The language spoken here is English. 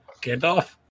Gandalf